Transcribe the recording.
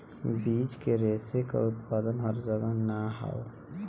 बीज के रेशा क उत्पादन हर जगह ना हौ